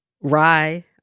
rye